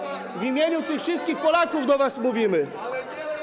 W imieniu tych wszystkich Polaków do was mówimy.